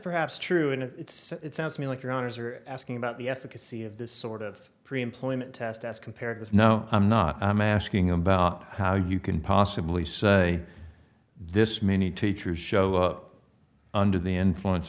perhaps true and it's sounds to me like your honour's are asking about the efficacy of this sort of pre employment test as compared with now i'm not i'm asking about how you can possibly say this many teachers show up under the influence